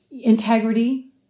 integrity